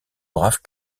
brave